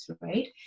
right